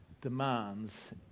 demands